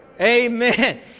Amen